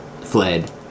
fled